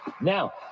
Now